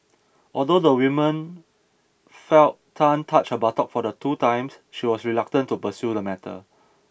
although the woman felt Tan touch her buttock for the first two times she was reluctant to pursue the matter